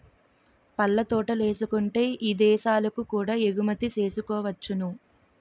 పళ్ళ తోటలేసుకుంటే ఇదేశాలకు కూడా ఎగుమతి సేసుకోవచ్చును